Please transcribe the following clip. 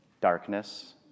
darkness